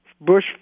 Bush